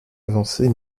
avancer